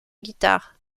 guitare